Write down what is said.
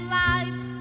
life